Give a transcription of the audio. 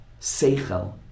seichel